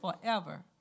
forever